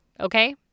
okay